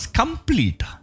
complete